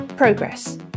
progress